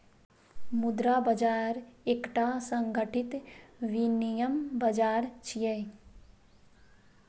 मुद्रा बाजार एकटा संगठित विनियम बाजार छियै